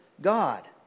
God